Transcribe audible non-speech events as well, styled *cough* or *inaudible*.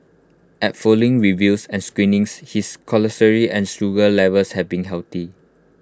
at following reviews and screenings his *unintelligible* and sugar levels have been healthy